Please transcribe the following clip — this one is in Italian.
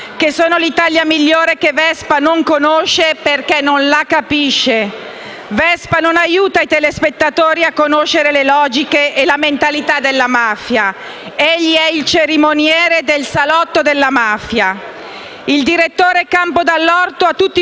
che sono l'Italia migliore che Vespa non conosce, perché non la capisce. Vespa non aiuta i telespettatori a conoscere le logiche e la mentalità della mafia; egli è il cerimoniere del salotto della mafia. [**Presidenza del vice